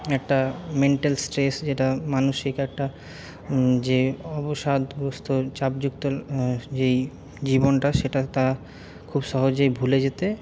একটা mental stress যেটা মানসিক একটা যে অবসাদগ্রস্ত চাপযুক্ত যেই জীবনটা সেটা তারা খুব সহজেই ভুলে যেতে